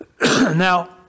Now